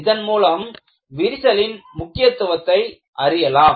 இதன் மூலம் விரிசலின் முக்கியத்துவத்தை அறியலாம்